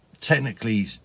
technically